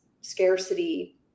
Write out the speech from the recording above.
scarcity